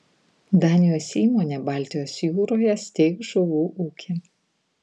danijos įmonė baltijos jūroje steigs žuvų ūkį